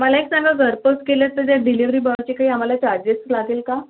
मला एक सांगा घरपोच केलं तर त्या डिलिवरी बॉयचे काही आम्हाला चार्जेस लागेल का